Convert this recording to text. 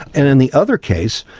and in the other case,